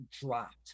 dropped